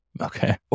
okay